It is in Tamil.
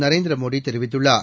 நரேந்திர மோடி தெரிவித்துள்ளார்